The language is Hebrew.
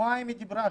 שבועיים היא דיברה,